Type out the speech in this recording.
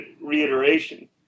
reiteration